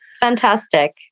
Fantastic